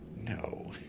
No